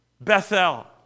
Bethel